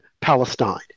Palestine